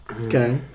Okay